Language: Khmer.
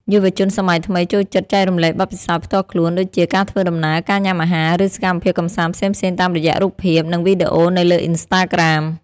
យុវជនសម័យថ្មីចូលចិត្តចែករំលែកបទពិសោធន៍ផ្ទាល់ខ្លួន ដូចជាការធ្វើដំណើរ ការញ៉ាំអាហារ ឬសកម្មភាពកម្សាន្តផ្សេងៗតាមរយៈរូបភាព និងវីដេអូនៅលើអុីនស្តាក្រាម។